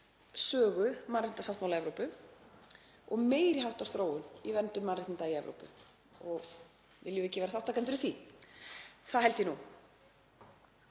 sögu mannréttindasáttmála Evrópu og meiri háttar þróun í verndun mannréttinda í Evrópu, og viljum við ekki vera þátttakendur í því? Það held ég nú.